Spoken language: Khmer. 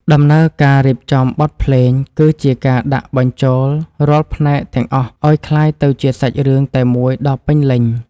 ដំណើរការរៀបចំបទភ្លេងគឺជាការដាក់បញ្ចូលរាល់ផ្នែកទាំងអស់ឱ្យក្លាយទៅជាសាច់រឿងតែមួយដ៏ពេញលេញ។